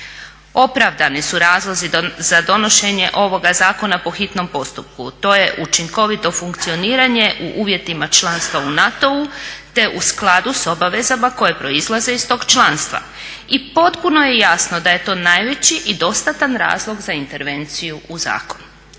Opravdani su razlozi za donošenje ovoga zakona po hitnom postupku. To je učinkovito funkcioniranje u uvjetima članstva u NATO-u te u skladu s obavezama koje proizlaze iz tog članstva. I potpuno je jasno da je to najveći i dostatan razlog za intervenciju u zakon.